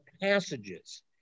passages